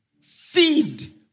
Feed